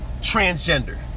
Transgender